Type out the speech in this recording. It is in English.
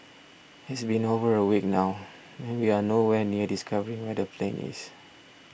it's been over a week now and we are no where near discovering where the plane is